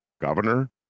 governor